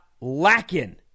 lacking